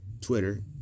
Twitter